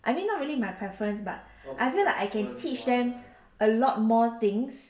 I mean not really my preference but I feel like I can teach them a lot more things okay